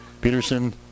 Peterson